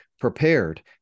prepared